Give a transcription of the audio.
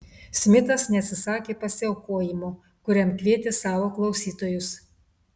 smitas neatsisakė pasiaukojimo kuriam kvietė savo klausytojus